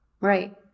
right